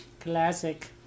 Classic